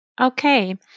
Okay